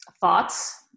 thoughts